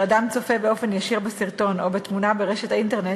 אדם צופה באופן ישיר בסרטון או בתמונה ברשת האינטרנט,